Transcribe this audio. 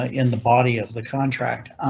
ah in the body of the contract.